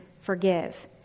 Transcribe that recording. forgive